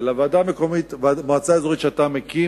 אלא מועצה אזורית שאתה מקים,